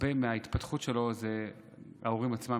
הרבה מההתפתחות שלו זה ההורים עצמם,